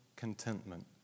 Contentment